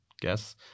guess